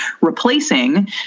replacing